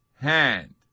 hand